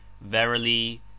verily